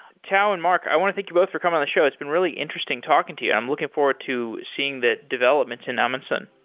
tao and mark, i want to thank you both for coming on the show. it's been really interesting talking to you. i'm looking forward to seeing the developments in amundsen.